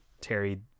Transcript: Terry